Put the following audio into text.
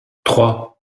trois